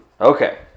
okay